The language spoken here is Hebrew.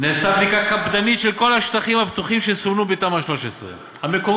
נעשתה בדיקה קפדנית של כל השטחים הפתוחים שסומנו בתמ"א 13 המקורית,